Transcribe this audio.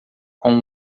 com